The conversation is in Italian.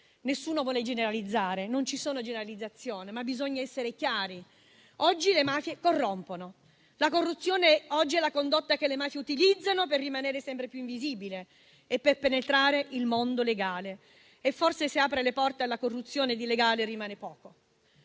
Nessuno vuole generalizzare, ma bisogna essere chiari: oggi le mafie corrompono, la corruzione è la condotta che le mafie utilizzano per rimanere sempre più invisibile e penetrare il mondo legale. Forse, se apre le porte alla corruzione, di legale rimane poco.